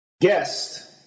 Guest